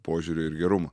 požiūrio ir gerumo